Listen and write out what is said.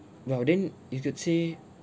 well then you could say